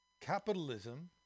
capitalism